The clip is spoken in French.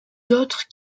d’autres